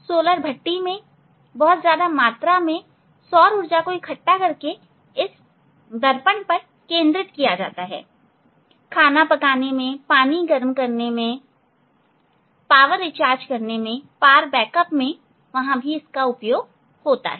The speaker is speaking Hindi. सोलर भट्टी में भी बहुत ज्यादा मात्रा में सौर ऊर्जा को इकट्ठा करके इस दर्पण पर केंद्रित किया जाता है खाना पकाने पानी गर्म करने पावर रिचार्जिंग पावर बैकअप में इसका उपयोग किया जाता है